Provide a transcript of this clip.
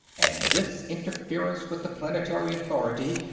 and this interference with the planetary authority,